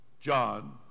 John